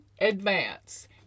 advance